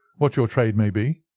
what your trade may be?